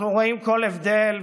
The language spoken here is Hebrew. אנחנו רואים כל הבדל,